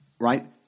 right